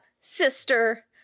sister